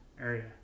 Area